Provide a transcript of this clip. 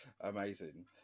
Amazing